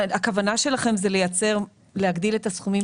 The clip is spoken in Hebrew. הכוונה שלכם היא להגדיל את הסכומים.